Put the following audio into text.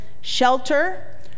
shelter